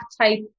type